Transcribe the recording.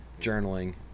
journaling